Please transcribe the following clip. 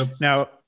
Now